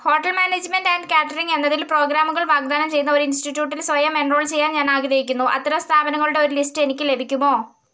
hotel management and catering എന്നതിൽ പ്രോഗ്രാമുകൾ വാഗ്ദാനം ചെയ്യുന്ന ഒരു ഇൻസ്റ്റിട്യൂട്ടിൽ സ്വയം എൻറോൾ ചെയ്യാൻ ഞാൻ ആഗ്രഹിക്കുന്നു അത്തരം സ്ഥാപനങ്ങളുടെ ഒരു ലിസ്റ്റ് എനിക്ക് ലഭിക്കുമോ